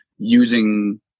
using